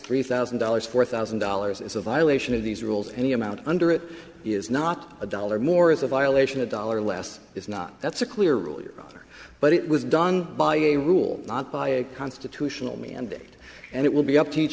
three thousand dollars four thousand dollars is a violation of these rules any amount under it is not a dollar more is a violation a dollar less is not that's a clear earlier but it was done by a rule not by a constitutional mandate and it will be up to each